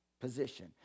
position